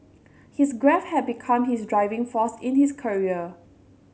his grief had become his driving force in his career